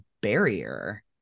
barrier